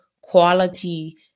quality